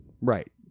right